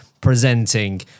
presenting